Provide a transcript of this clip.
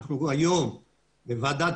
אנחנו היום בוועדת